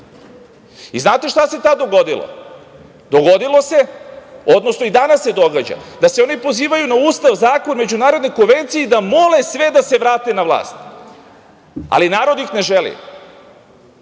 Znate šta se tad dogodilo? Dogodilo se, odnosno i danas se događa, da se oni pozivaju na Ustav, zakon, međunarodne konvencije, da mole sve da se vrate na vlast, ali narod ih ne želi.